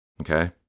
okay